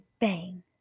bang